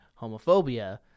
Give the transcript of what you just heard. homophobia